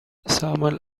samuel